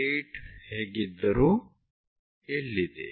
P8 ಹೇಗಿದ್ದರೂ ಇಲ್ಲಿದೆ